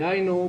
דהיינו,